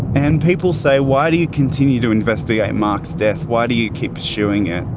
and people say, why do you continue to investigate mark's death? why do you keep pursuing it?